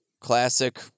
classic